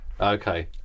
Okay